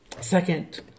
Second